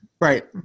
Right